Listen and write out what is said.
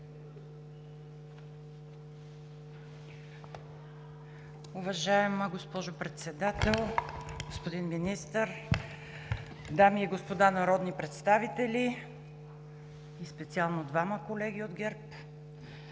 Уважаема госпожо Председател, господин Министър, дами и господа народни представители и специално двама колеги от ГЕРБ!